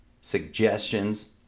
Suggestions